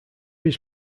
his